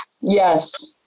Yes